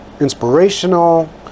inspirational